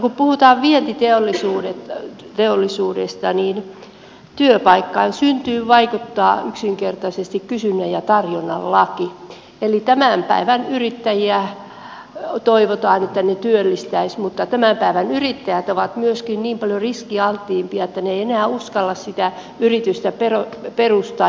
kun puhutaan vientiteollisuudesta niin työpaikan syntyyn vaikuttaa yksinkertaisesti kysynnän ja tarjonnan laki eli tämän päivän yrittäjät toivotaan että ne työllistäisivät ovat myöskin niin paljon riskialttiimpia että he eivät enää uskalla sitä yritystä perustaa